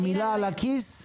המילה "לכיס"